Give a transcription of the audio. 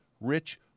rich